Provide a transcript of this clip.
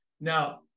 Now